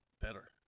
better